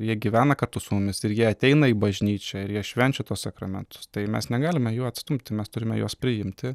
jie gyvena kartu su mumis ir jie ateina į bažnyčią ir jie švenčia tuos sakramentus tai mes negalime jų atstumti mes turime juos priimti